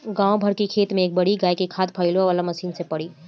गाँव भर के खेत में ए बारी गाय के खाद फइलावे वाला मशीन से पड़ी